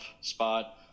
spot